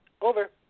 Over